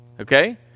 okay